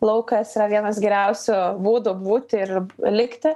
laukas yra vienas geriausių būdų būti ir likti